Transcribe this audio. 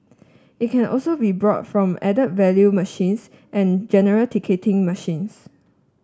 it can also be brought from add value machines and general ticketing machines